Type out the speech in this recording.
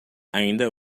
ainda